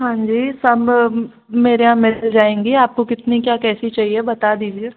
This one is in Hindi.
हांजी सब मेरे यहाँ मिल जाएंगी आपको कितनी क्या कैसी चाहिए बता दीजिए